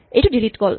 এইটো ডিলিট কল